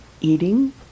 eating